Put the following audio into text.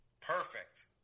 perfect